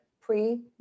pre